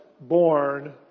born